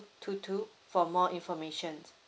two two four more information